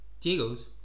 diego's